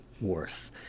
worse